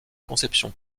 conception